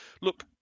Look